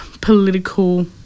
political